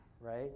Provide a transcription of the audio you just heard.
right